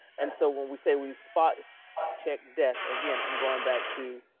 and so when we say we spot check desk again, i'm going back to,